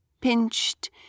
pinched